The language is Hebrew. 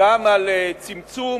גם על צמצום